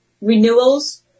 Renewals